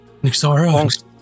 Nixara